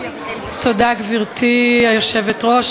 גברתי היושבת-ראש,